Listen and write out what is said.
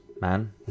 man